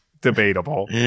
debatable